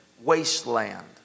wasteland